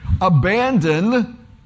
Abandon